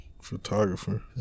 Photographer